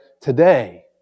today